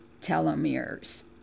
telomeres